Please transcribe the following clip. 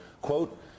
quote